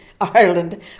Ireland